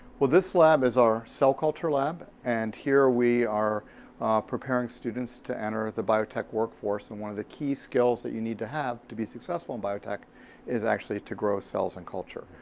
well, this lab is our cell culture lab and here we are preparing students to enter the biotech workforce. and one of the key skills that you need to have to be successful in biotech is actually to grow cells in and culture.